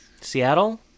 Seattle